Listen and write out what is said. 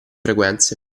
frequenze